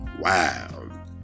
Wow